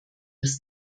des